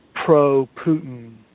pro-Putin